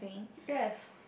yes